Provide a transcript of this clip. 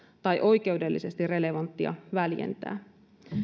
tai oikeudellisesti relevanttia väljentää